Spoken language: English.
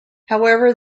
however